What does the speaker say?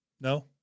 No